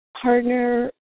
partner